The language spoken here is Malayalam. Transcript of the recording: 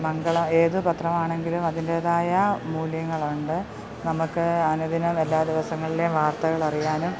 മംഗളം ഏത് പത്രമാണെങ്കിലും അതിൻ്റേതായ മൂല്യങ്ങളുണ്ട് നമുക്ക് അനുദിനം എല്ലാ ദിവസങ്ങളിലെയും വാർത്തകൾ അറിയാനും